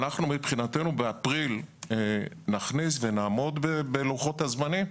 ואנחנו מבחינתנו באפריל נכניס ונעמוד בלוחות הזמנים,